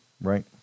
right